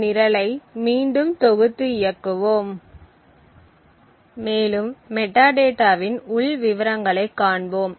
இந்த நிரலை மீண்டும் தொகுத்து இயக்குவோம் மேலும் மெட்டாடேட்டாவின் உள் விவரங்களைக் காண்போம்